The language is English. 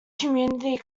community